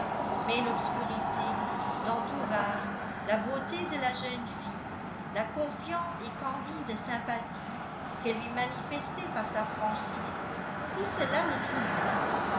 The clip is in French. mais l'obscurité l'entourage la beauté de la jeune fille la confiante et candide sympathie qu'elle lui manifestait par sa franchise tout cela le troublait